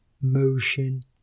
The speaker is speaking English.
motion